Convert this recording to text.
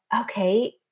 okay